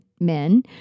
men